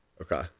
Okay